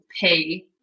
pay